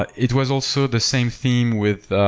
but it was also the same theme with